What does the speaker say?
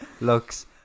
Looks